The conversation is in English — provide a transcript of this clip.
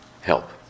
help